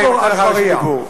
אין לך רשות דיבור.